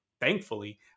thankfully